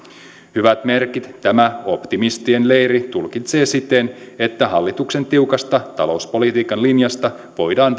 hyvät merkit tämä optimistien leiri tulkitsee siten että hallituksen tiukasta talouspolitiikan linjasta voidaan